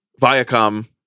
viacom